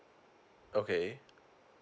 okay